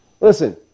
Listen